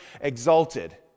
exalted